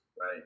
Right